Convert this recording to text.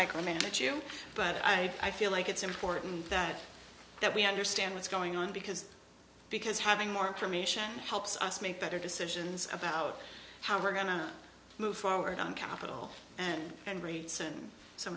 micromanage you but i i feel like it's important that that we understand what's going on because because having more information helps us make better decisions about how we're going to move forward on capital and and rates and some